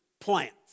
plants